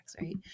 Right